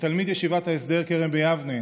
כתלמיד ישיבת ההסדר כרם ביבנה,